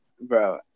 Bro